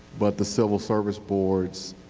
but the civil service boards,